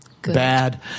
bad